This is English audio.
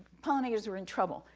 pollinators were in trouble,